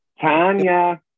Tanya